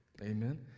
amen